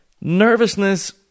Nervousness